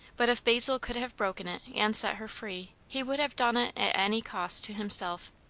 but if basil could have broken it and set her free, he would have done it at any cost to himself.